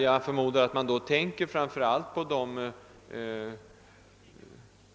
Jag förmodar att man då framför allt tänker på de